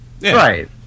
Right